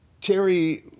Terry